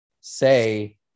say